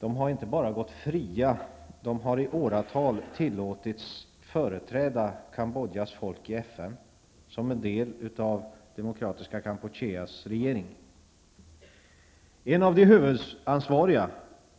De har inte bara gått fria -- de har i åratal tillåtits företräda